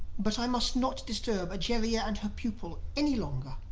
but i must not disturb egeria and her pupil any longer.